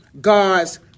God's